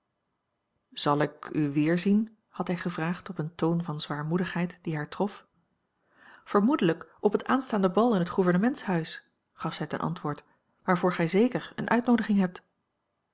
zal ik u weerzien had hij gevraagd op een toon van zwaarmoedigheid die haar trof vermoedelijk op het aanstaande bal in het gouvernementshuis gaf zij ten antwoord waarvoor gij zeker eene uitnoodiging hebt